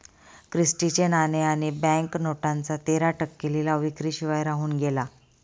Christie चे नाणे आणि बँक नोटांचा तेरा टक्के लिलाव विक्री शिवाय राहून गेला